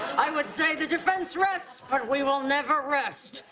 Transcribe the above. i would say the defense rests, but we will never rest,